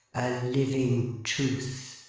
living truth.